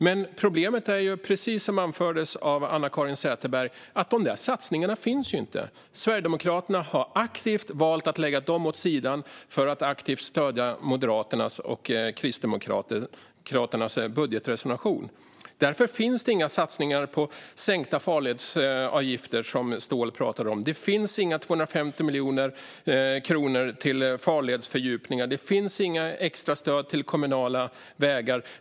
Men problemet är, precis som anfördes av Anna-Caren Sätherberg, att de satsningarna inte finns. Sverigedemokraterna har aktivt valt att lägga dem åt sidan för att aktivt stödja Moderaternas och Kristdemokraternas budgetreservation. Därför finns det inga satsningar på sänkta farledsavgifter, som Ståhl pratar om. Det finns inga 250 miljoner kronor till farledsfördjupningar. Det finns inga extra stöd till kommunala vägar.